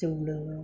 जौ लोङो